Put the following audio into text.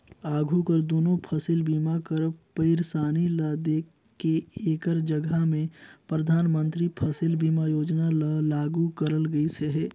आघु कर दुनो फसिल बीमा कर पइरसानी ल देख के एकर जगहा में परधानमंतरी फसिल बीमा योजना ल लागू करल गइस अहे